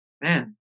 Man